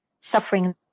suffering